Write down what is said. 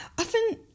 often